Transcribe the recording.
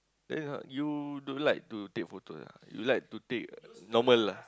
then is what you don't like to take photos ah you like to take normal ah